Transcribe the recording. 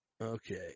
Okay